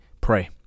pray